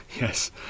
yes